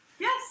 yes